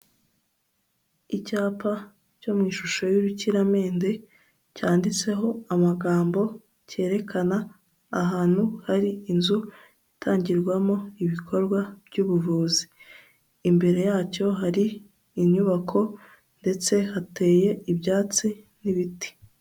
Icyapa cyo mu ishusho y'urukiramende, cyanditseho amagambo, cyerekana ahantu hari inzu itangirwamo ibikorwa by'ubuvuzi, imbere yacyo hari inyubako ndetse hateye ibyatsi n'ibiti.